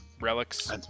Relics